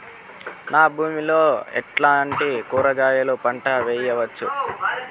నా భూమి లో ఎట్లాంటి కూరగాయల పంటలు వేయవచ్చు?